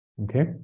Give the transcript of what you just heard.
Okay